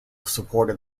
supported